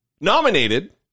nominated